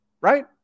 Right